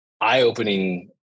eye-opening